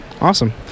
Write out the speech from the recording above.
Awesome